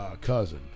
cousin